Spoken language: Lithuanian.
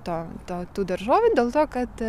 to to tų daržovių dėl to kad